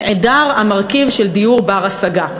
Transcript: נעדר המרכיב של דיור בר-השגה.